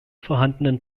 vorhandenen